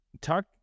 talk